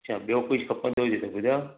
अच्छा ॿियो कुझु खपंदो हुजे त ॿुधायो